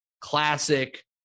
classic